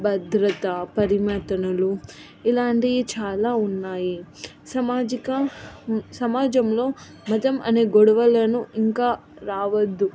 భద్రతా పరిమితులు ఇలాంటివి చాలా ఉన్నాయి సామాజిక సమాజంలో మతం అనే గొడవలు ఇంకా రావద్దు